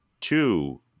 two